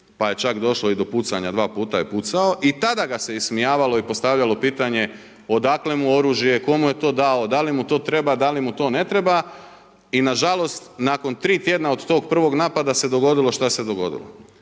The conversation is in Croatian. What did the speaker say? pa je čak došlo i do pucanja, dva puta je pucao. I tada ga se ismijavalo i postavljalo pitanje odakle mu oružje, tko mu je to dao, da li mu to treba, da li mu to ne treba i nažalost, nakon tri tjedna od tog prvog napada se dogodilo šta se dogodilo.